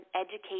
educate